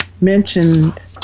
mentioned